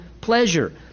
pleasure